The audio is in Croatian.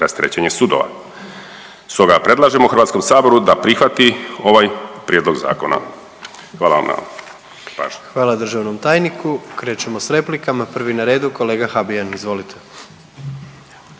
rasterećenje sudova. Stoga predlažemo HS-u da prihvati ovaj Prijedlog zakona. Hvala vam na pažnji. **Jandroković, Gordan (HDZ)** Hvala. Državnom tajniku. Krećemo s replikama. Prvi na redu, kolega Habijan, izvolite.